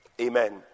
Amen